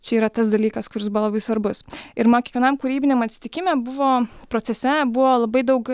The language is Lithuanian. čia yra tas dalykas kuris buvo labai svarbus ir man kiekvienam kūrybiniam atsitikime buvo procese buvo labai daug